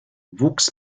wuchs